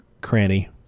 cranny